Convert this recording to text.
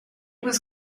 was